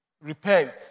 repent